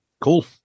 Cool